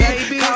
Baby